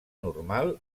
normal